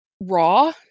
raw